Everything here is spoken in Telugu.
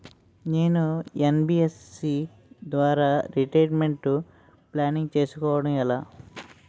నేను యన్.బి.ఎఫ్.సి ద్వారా రిటైర్మెంట్ ప్లానింగ్ చేసుకోవడం ఎలా?